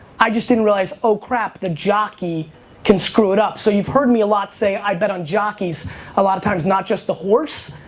i just didn't realize, oh, crap, the jockey can screw it up. so, you've heard me a lot say i bet on jockeys a lot of times, not just the horse.